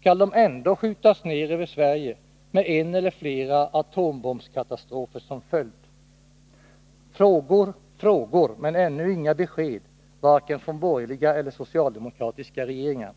skall de ändå skjutas ner över Sverige, med en eller flera atomkatastrofer som följd? Frågor, frågor, men ännu inga besked, varken från borgerliga eller socialdemokratiska regeringar.